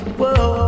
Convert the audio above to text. whoa